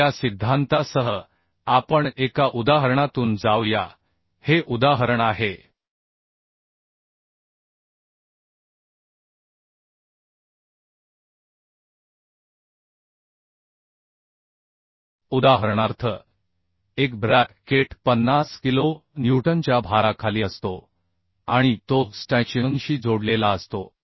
तर या सिद्धांतासह आपण एका उदाहरणातून जाऊया हे उदाहरण आहे उदाहरणार्थ एक ब्रॅ केट 50 किलो न्यूटनच्या भाराखाली असतो आणि तो स्टँचिऑनशी जोडलेला असतो